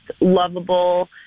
lovable